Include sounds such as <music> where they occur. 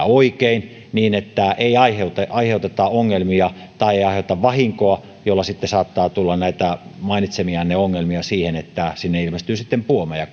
<unintelligible> oikein niin että ei aiheuteta aiheuteta ongelmia tai ei aiheuteta vahinkoa jolloin sitten saattaa tulla näitä mainitsemianne ongelmia niin että sinne ilmestyy sitten puomeja <unintelligible>